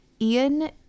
Ian